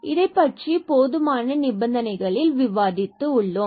இதைப்பற்றி நாம் போதுமான நிபந்தனைகளில் விவாதித்து உள்ளோம்